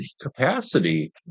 capacity